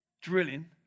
drilling